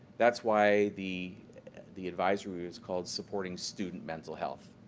that's why the the advisory is called supporting student mental health.